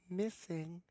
missing